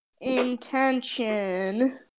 intention